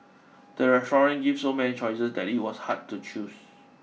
the restaurant gave so many choices that it was hard to choose